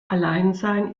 alleinsein